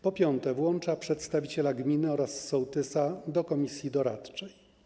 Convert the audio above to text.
Po piąte, włącza się przedstawiciela gminy oraz sołtysa do komisji doradczej.